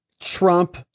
Trump